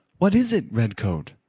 what is it, redcoat?